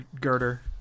girder